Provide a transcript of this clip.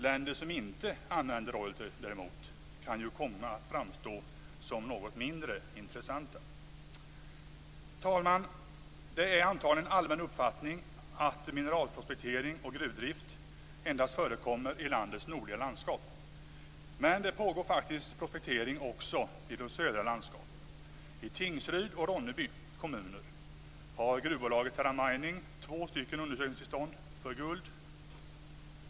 Länder som inte använder royalty kan däremot komma att framstå som mindre intressanta. Fru talman! Det är antagligen en allmän uppfattning att mineralprospektering och gruvdrift endast förekommer i landets nordliga landskap. Men det pågår faktiskt prospektering också i de södra landskapen. I Tingsryd och Ronneby kommuner har gruvbolaget Terra Mining två stycken undersökningstillstånd för guld.